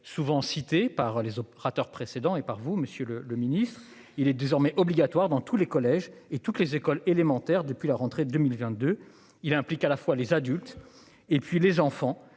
souvent cité par les orateurs précédents et par vous Monsieur le le ministre il est désormais obligatoire dans tous les collèges et toutes les écoles élémentaires. Depuis la rentrée 2022. Il implique à la fois les adultes et puis les enfants